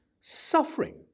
suffering